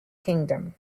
kingdom